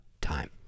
time